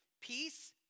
peace